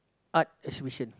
art exhibition